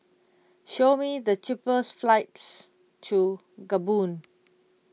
show me the cheapest flights to Gabon